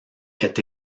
est